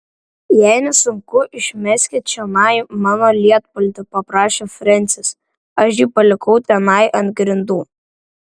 jei nesunku išmeskit čionai mano lietpaltį paprašė frensis aš jį palikau tenai ant grindų